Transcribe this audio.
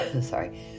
Sorry